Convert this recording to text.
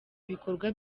ibikorwa